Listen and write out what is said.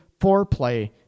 foreplay